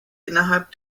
innerhalb